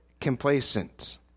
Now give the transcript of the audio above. complacent